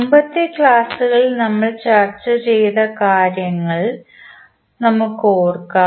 മുമ്പത്തെ ക്ലാസുകളിൽ നമ്മൾ ചർച്ച ചെയ്ത കാര്യങ്ങൾ നമുക്ക് ഓർമിക്കാം